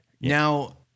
Now